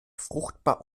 fruchtbar